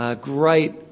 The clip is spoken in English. great